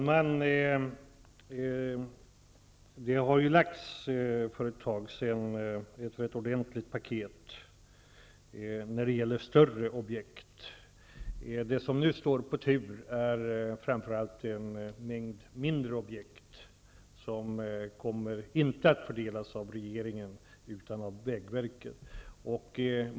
Herr talman! För ett tag sedan lades det fram ett ordentligt paket när det gäller större objekt. Nu står framför allt en mängd mindre objekt på tur. Medel till dessa kommer inte att fördelas av regeringen utan av vägverket.